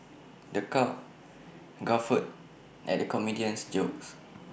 the crowd guffawed at the comedian's jokes